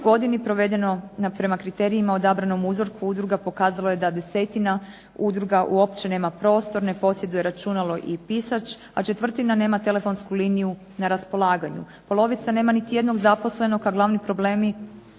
u 2009. provedeno prema kriterijima odabranom uzorku udruga pokazalo je da desetina udruga uopće nema prostor, ne posjeduje računalo i pisač, a četvrtina nema telefonsku liniju na raspolaganju. Polovica nema niti jednog zaposlenog, a glavni problemi